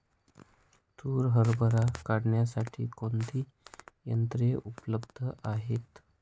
तूर हरभरा काढण्यासाठी कोणती यंत्रे उपलब्ध आहेत?